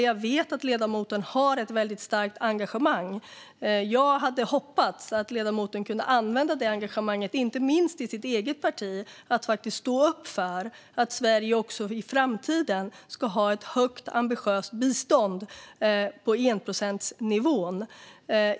Jag vet att ledamoten har ett starkt engagemang i detta, och jag hade hoppats att ledamoten skulle ha använt detta engagemang, inte minst i sitt eget parti, till att stå upp för att Sverige också i framtiden ska ha ett högt och ambitiöst bistånd på enprocentsnivån.